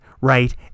right